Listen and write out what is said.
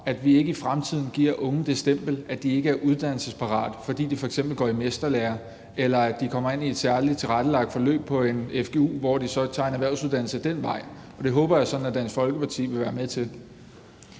at vi ikke i fremtiden giver unge det stempel, at de ikke er uddannelsesparate, fordi de f.eks. går i mesterlære, eller at de kommer ind i et særligt tilrettelagt forløb på en fgu, hvor de så tager en erhvervsuddannelse ad den vej. Og det håber jeg sådan at Dansk Folkeparti vil være med til.